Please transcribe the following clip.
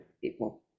people